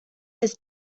ist